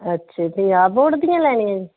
ਅੱਛਾ ਪੰਜਾਬ ਬੋਰਡ ਦੀਆਂ ਲੈਣੀਆਂ ਜੀ